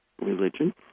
religion